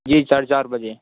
جی ساڑھے چار بجے